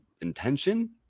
intention